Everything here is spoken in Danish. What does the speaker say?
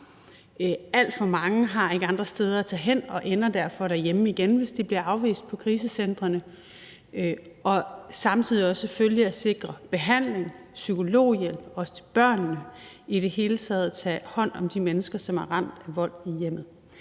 Alt for mange har ikke andre steder at tage hen og ender derfor derhjemme igen, hvis de bliver afvist på krisecentrene. Samtidig skal vi selvfølgelig sikre behandling, psykologhjælp, også til børnene, og i det hele taget tage hånd om de mennesker, som er ramt af vold i hjemmet.